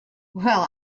well